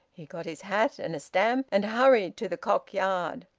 he got his hat and a stamp, and hurried to the cock yard.